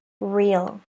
real